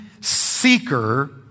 seeker